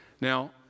Now